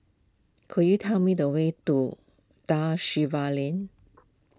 could you tell me the way to Da Silva Lane